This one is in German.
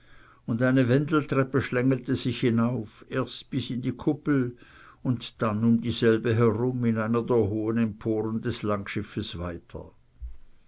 und eine wendeltreppe schlängelte sich hinauf erst bis in die kuppel und dann um diese selbst herum und in einer der hohen emporen des langschiffes weiter